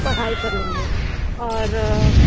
पढ़ाई कर लेंगे और